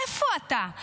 איפה אתה?